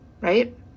right